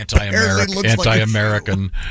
Anti-American